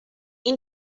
این